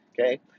Okay